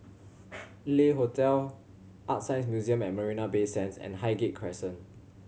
Le Hotel ArtScience Museum at Marina Bay Sands and Highgate Crescent